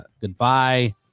Goodbye